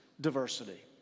diversity